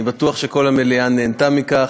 אני בטוח שכל המליאה נהנתה מכך.